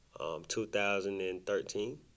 2013